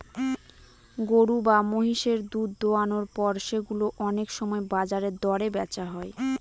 গরু বা মহিষের দুধ দোহানোর পর সেগুলো অনেক সময় বাজার দরে বেচা হয়